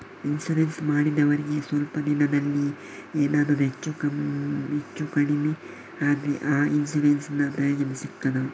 Insurance ಮಾಡಿದವರಿಗೆ ಸ್ವಲ್ಪ ದಿನದಲ್ಲಿಯೇ ಎನಾದರೂ ಹೆಚ್ಚು ಕಡಿಮೆ ಆದ್ರೆ ಆ ಇನ್ಸೂರೆನ್ಸ್ ನ ಪ್ರಯೋಜನ ಸಿಗ್ತದ?